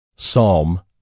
Psalm